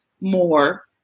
more